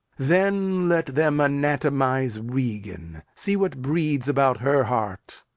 then let them anatomize regan. see what breeds about her heart.